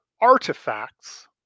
artifacts